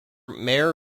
meir